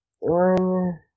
one